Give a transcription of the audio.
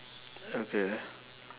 okay